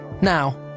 Now